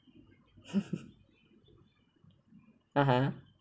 a'ah